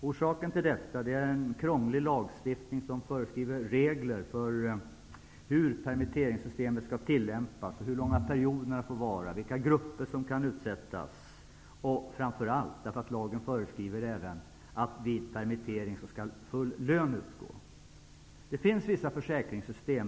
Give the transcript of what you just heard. Orsaken till detta är en krånglig lagstiftning som föreskriver regler för hur permitteringssystemet skall tillämpas, hur långa perioderna får vara, vilka grupper som kan utsättas, men framför allt att lagen föreskriver att full lön även vid permittering skall utgå. Det finns vissa försäkringssystem.